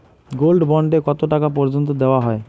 Gold bond এ কতো টাকা পর্যন্ত দেওয়া হয়?